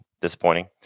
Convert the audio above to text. disappointing